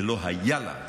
ולא היה לה.